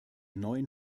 neuen